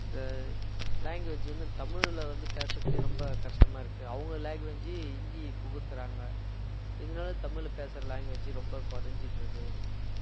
இந்த லாங்குவேஜு வந்து தமிழில் வந்து பேசுவதே ரொம்ப கஷ்டமாக இருக்குது அவங்க லாங்குவேஜு ஹிந்தி புகுத்துகிறாங்க இதனால தமிழில் பேசுகிற லாங்குவேஜு ரொம்ப குறஞ்சிட்டுருக்கு